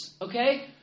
okay